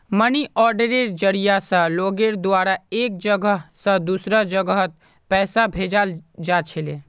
money आर्डरेर जरिया स लोगेर द्वारा एक जगह स दूसरा जगहत पैसा भेजाल जा छिले